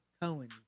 Cohen